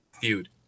feud